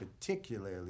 particularly